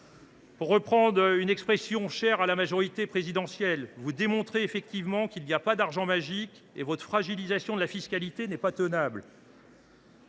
Pour reprendre une expression chère à la majorité présidentielle, vous démontrez effectivement qu’il n’y a pas d’argent magique ; votre fragilisation de la fiscalité n’est pas tenable.